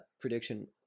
prediction